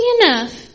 enough